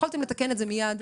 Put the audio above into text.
יכולתם לתקן את זה מייד.